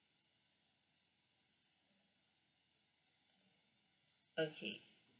okay